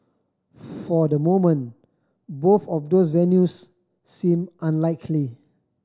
for the moment both of those venues seem unlikely